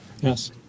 Yes